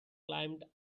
climbed